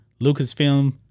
Lucasfilm